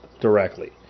directly